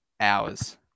hours